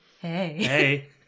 Hey